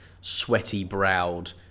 sweaty-browed